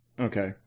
Okay